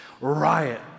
riot